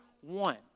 one